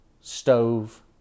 stove